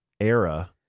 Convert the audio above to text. era